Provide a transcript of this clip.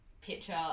picture